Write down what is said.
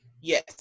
Yes